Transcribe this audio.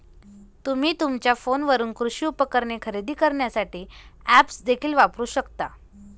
तुम्ही तुमच्या फोनवरून कृषी उपकरणे खरेदी करण्यासाठी ऐप्स देखील वापरू शकता